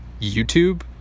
YouTube